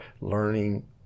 learning